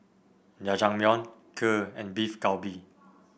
Jajangmyeon Kheer and Beef Galbi